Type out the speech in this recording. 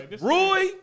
Roy